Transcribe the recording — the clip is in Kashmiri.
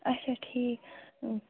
اَچھا ٹھیٖک